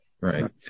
Right